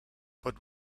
but